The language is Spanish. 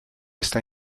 esta